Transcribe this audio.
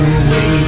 away